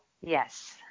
Yes